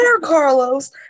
Carlos